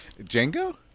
Django